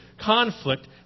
conflict